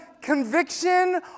conviction